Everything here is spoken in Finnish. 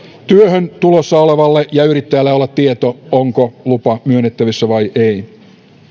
työhön tulossa olevalla ja yrittäjällä olla tieto onko lupa myönnettävissä vai ei